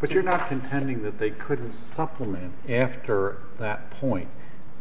but you're not contending that they couldn't supplement after that point